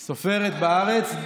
זה בארץ?